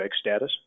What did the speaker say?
status